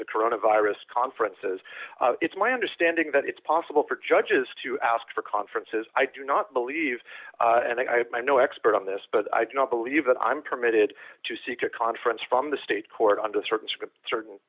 the coronavirus conferences it's my understanding that it's possible for judges to ask for conferences i do not believe and i have my no expert on this but i do not believe that i am permitted to seek a conference from the state court under certain